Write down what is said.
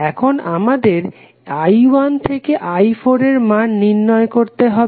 এখন আমাদের i1 থেকে i4 এর মান নির্ণয় করতে হবে